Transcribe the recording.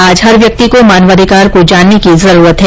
आज हर व्यक्ति को मानवाधिकार को जानने की जरूरत है